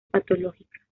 patológica